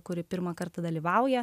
kuri pirmą kartą dalyvauja